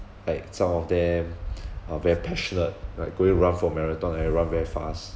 like some of them are very passionate like going to run for marathon and then run very fast